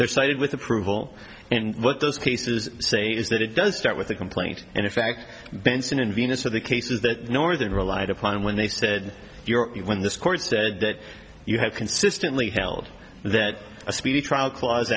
there cited with approval and what those cases say is that it does start with a complaint and in fact benson and venus are the cases that northern relied upon when they said you win this court said that you have consistently held that a speedy trial cla